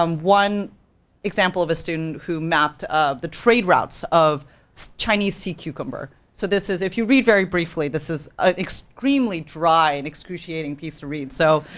um one example of a student who mapped the trade routes of chinese sea cucumber. so this is, if you read very briefly, this is an extremely dry and excruciating piece to read, so.